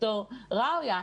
ד"ר ראויה,